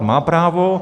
Má právo.